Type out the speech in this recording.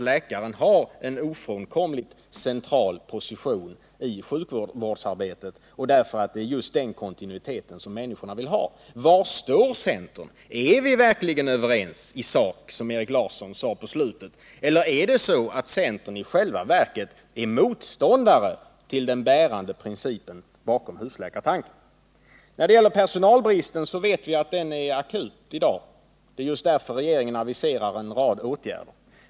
Läkaren har ofrånkomligen en central position i sjukvårdsarbetet, och det är just den kontinuiteten som människorna vill ha. Är vi verkligen överens i sak, som Erik Larsson sade på slutet, eller är centern i själva verket motståndare till den bärande principen bakom husläkartanken? Vi vet att personalbristen är akut i dag — det är just därför som regeringen aviserar en rad åtgärder.